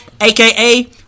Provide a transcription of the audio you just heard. AKA